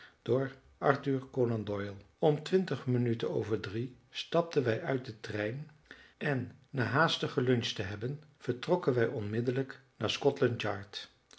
om twintig minuten over drie stapten wij uit den trein en na haastig geluncht te hebben vertrokken wij onmiddellijk naar scotland yard